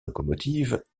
locomotives